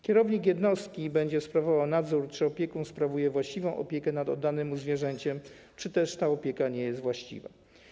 Kierownik jednostki będzie sprawował nadzór, czy opiekun sprawuje właściwą opiekę nad oddanym mu zwierzęciem, czy też ta opieka nie jest właściwa.